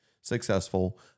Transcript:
successful